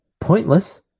pointless